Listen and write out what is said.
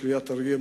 קריית-אריה,